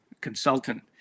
consultant